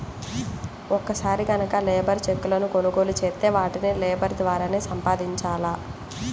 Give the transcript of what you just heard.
ఒక్కసారి గనక లేబర్ చెక్కులను కొనుగోలు చేత్తే వాటిని లేబర్ ద్వారానే సంపాదించాల